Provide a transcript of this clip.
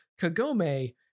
Kagome